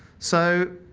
so